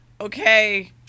Okay